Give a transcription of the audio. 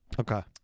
Okay